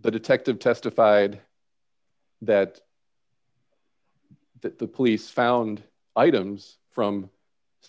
the detective testified that the police found items from